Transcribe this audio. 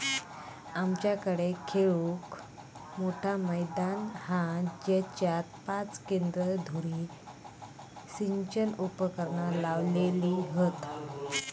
आमच्याकडे खेळूक मोठा मैदान हा जेच्यात पाच केंद्र धुरी सिंचन उपकरणा लावली हत